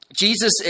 Jesus